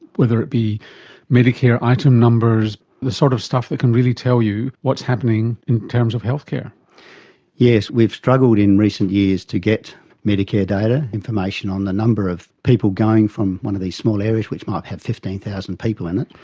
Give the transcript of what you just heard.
whether it be medicare item numbers, the sort of stuff that can really tell you what's happening in terms of healthcare. yes, we've struggled in recent years to get medicare data information on the number of people going from one of these small areas which might have fifteen thousand people in it,